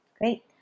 great